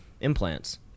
implants